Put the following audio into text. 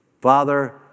Father